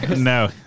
No